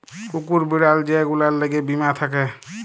কুকুর, বিড়াল যে গুলার ল্যাগে বীমা থ্যাকে